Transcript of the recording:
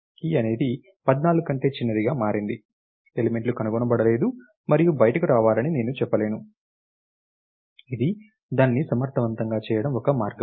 key అనేది 14 కంటే చిన్నదిగా మారింది ఎలిమెంట్లు కనుగొనబడలేదు మరియు బయటకు రావాలని నేను చెప్పగలను ఇది దానిని సమర్ధవంతంగా చేయడం ఒక మార్గం